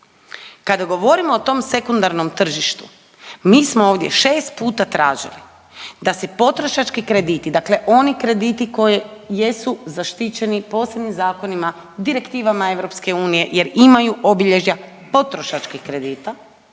kada govorimo o tom sekundarnom tržištu mi smo ovdje 6 puta tražili da se potrošački krediti, dakle oni krediti koji jesu zaštićeni posebnim zakonima, direktivama EU jer imaju obilježja potrošačkih kredita,